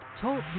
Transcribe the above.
Talk